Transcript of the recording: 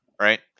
Right